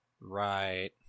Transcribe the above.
Right